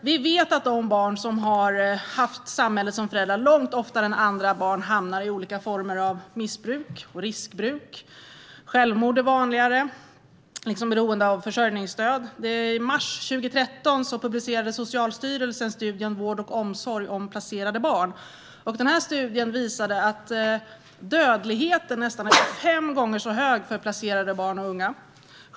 Vi vet att de barn som har haft samhället som föräldrar långt oftare än andra barn hamnar i olika former av missbruk och riskbruk. Självmord är vanligare, liksom beroende av försörjningsstöd. I mars 2013 publicerade Socialstyrelsen en studie om vård och omsorg om placerade barn. Den studien visade att dödligheten är nästan fem gånger högre för placerade barn och unga.